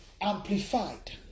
amplified